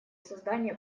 создания